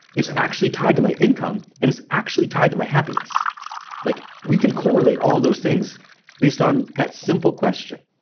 it's actually tied to my income, and it's actually tied to my happiness like we can correlate all those things based on that simple question.